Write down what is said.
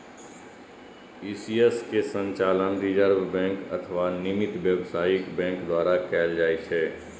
ECS के संचालन reserve bank अथवा नामित व्यावसायिक बैंक द्वारा कैल जाइ छै